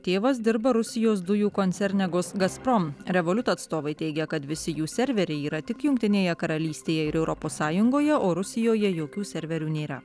tėvas dirba rusijos dujų koncerne gus gazprom revoliuto atstovai teigia kad visi jų serveriai yra tik jungtinėje karalystėje ir europos sąjungoje o rusijoje jokių serverių nėra